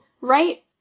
right